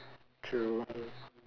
true